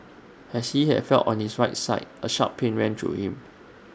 as she has fell on his right side A sharp pain ran through him